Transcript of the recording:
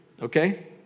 Okay